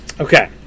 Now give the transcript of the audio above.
Okay